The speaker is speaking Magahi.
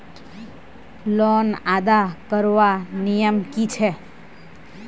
लोन अदा करवार नियम की छे?